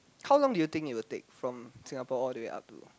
how long do you think it will take from Singapore all the way up to